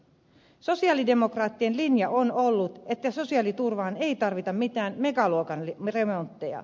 sosialidemokraattien linja on ollut että sosiaaliturvaan ei tarvita mitään megaluokan remontteja